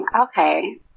Okay